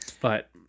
But-